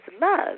love